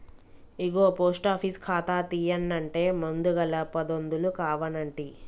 ఇగో post office ఖాతా తీయన్నంటే ముందుగల పదొందలు కావనంటి